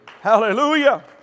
Hallelujah